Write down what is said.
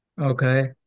Okay